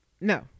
No